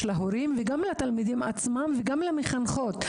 להורים וגם לתלמידים עצמם וגם למחנכות.